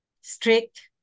strict